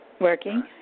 working